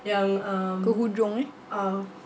ke hujung eh